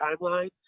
timeline